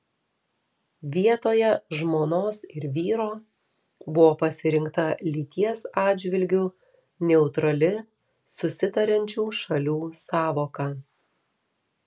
vietoje žmonos ir vyro buvo pasirinkta lyties atžvilgiu neutrali susitariančių šalių sąvoka